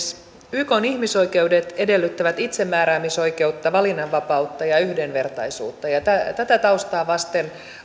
ykn ihmisoikeudet edellyttävät itsemääräämisoikeutta valinnanvapautta ja yhdenvertaisuutta tätä taustaa vasten